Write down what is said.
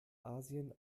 asien